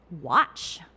watch